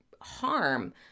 harm